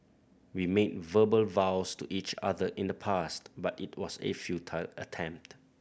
we made verbal vows to each other in the past but it was a futile attempt